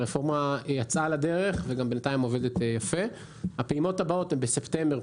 הפעימות הבאות הן בספטמבר,